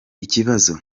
ikibazo